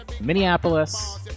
minneapolis